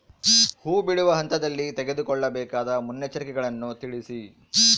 ಹೂ ಬಿಡುವ ಹಂತದಲ್ಲಿ ತೆಗೆದುಕೊಳ್ಳಬೇಕಾದ ಮುನ್ನೆಚ್ಚರಿಕೆಗಳನ್ನು ತಿಳಿಸಿ?